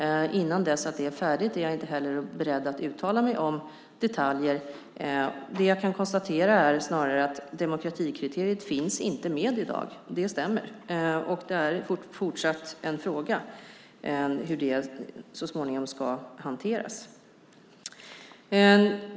Innan det är färdigt är jag inte beredd att uttala mig om detaljer, men jag kan konstatera att demokratikriteriet inte finns med i dag. Det stämmer. Det är fortsatt en fråga hur det så småningom ska hanteras.